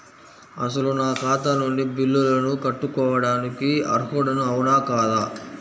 అసలు నా ఖాతా నుండి బిల్లులను కట్టుకోవటానికి అర్హుడని అవునా కాదా?